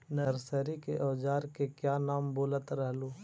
Nursery के ओजार के क्या नाम बोलत रहलू?